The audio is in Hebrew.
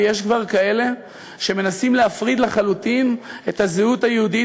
ויש כבר כאלה שמנסים להפריד לחלוטין את הזהות היהודית,